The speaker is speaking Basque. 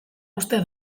uste